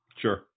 Sure